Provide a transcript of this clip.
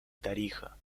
tarija